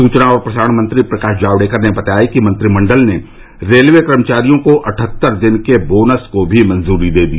सूचना और प्रसारण मंत्री प्रकाश जावड़ेकर ने बताया कि मंत्रिमंडल ने रेलवे कर्मचारियों को अठहत्तर दिन के बोनस को भी मंजूरी दे दी